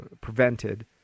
prevented